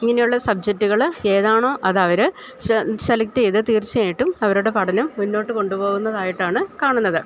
ഇങ്ങനെ ഉള്ള സബ്ജെക്റ്റുകള് ഏതാണോ അതവര് സെലക്ട് ചെയ്ത് തീർച്ചയായിട്ടും അവരുടെ പഠനം മുന്നോട്ട് കൊണ്ടുപോകുന്നതായിട്ടാണ് കാണുന്നത്